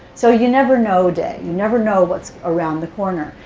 so you never know day. you never know what's around the corner.